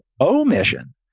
omission